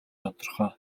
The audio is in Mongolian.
тодорхой